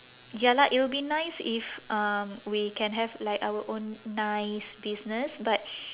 ya lah it will be nice if um we can have like our own nice business but